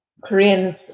Koreans